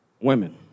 women